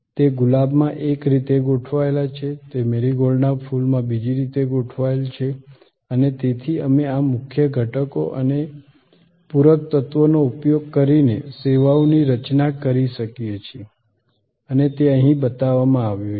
તે ગુલાબમાં એક રીતે ગોઠવાયેલ છે તે મેરીગોલ્ડના ફૂલમાં બીજી રીતે ગોઠવાયેલ છે અને તેથી અમે આ મુખ્ય ઘટકો અને પૂરક તત્વોનો ઉપયોગ કરીને સેવાઓની રચના કરી શકીએ છીએ અને તે અહીં બતાવવામાં આવ્યું છે